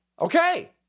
Okay